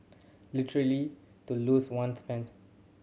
literally to lose one's pants